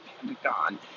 Pentagon